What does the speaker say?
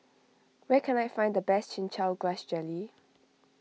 where can I find the best Chin Chow Grass Jelly